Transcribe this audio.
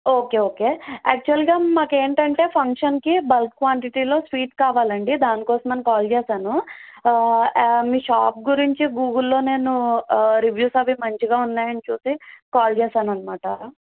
okay okay యాక్చువల్గా మాకు ఏంటంటే ఫంక్షన్కి బల్క్ క్వాంటిటీలో స్వీట్ కావాలండి దానికోసం అని కాల్ చేసాను మీ షాపు గురించి గూగుల్లో నేను రివ్యూస్ అవి మంచిగా ఉన్నాయని చూసి కాల్ చేసాను అన్నమాట